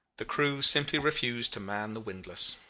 the crew simply refused to man the windlass.